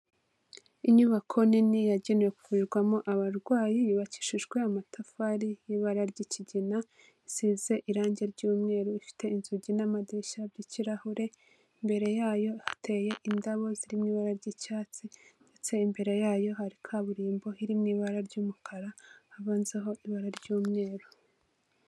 Inyubako nini yagenewe kuvurirwamo abarwayi, yubakishijwe amatafari y'ibara ry'ikigina, risize irangi ry'umweru rifite inzugi n'amadirishya by'ikirahure, imbere yayo hateye indabo zirimo ibara ry'icyatsi ndetse imbere yayo hari kaburimbo iri mu ibara ry'umukara habanzaho ibara ry'umweru.